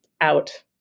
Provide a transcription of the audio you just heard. out